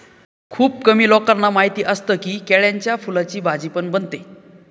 खुप कमी लोकांना माहिती असतं की, केळ्याच्या फुलाची भाजी पण बनते